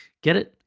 get it?